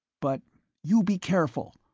but you be careful,